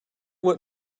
what